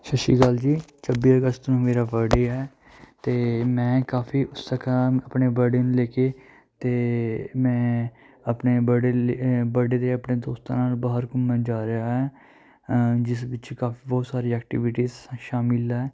ਸਤਿ ਸ਼੍ਰੀ ਅਕਾਲ ਜੀ ਛੱਬੀ ਅਗਸਤ ਨੂੰ ਮੇਰਾ ਬਰਡੇ ਹੈ ਅਤੇ ਮੈਂ ਕਾਫੀ ਉਤਸਕ ਹਾਂ ਆਪਣੇ ਬਰਡੇ ਨੂੰ ਲੈ ਕੇ ਅਤੇ ਮੈਂ ਆਪਣੇ ਬਰਡੇ ਲੇ ਬਰਡੇ 'ਤੇ ਆਪਣੇ ਦੋਸਤਾਂ ਨਾਲ ਬਾਹਰ ਘੁੰਮਣ ਜਾ ਰਿਹਾ ਹੈ ਜਿਸ ਵਿੱਚ ਕਾਫੀ ਸਾਰੀ ਬਹੁਤ ਸਾਰੀ ਐਕਟੀਵਿਟੀਜ਼ ਸ਼ਾਮਿਲ ਹੈ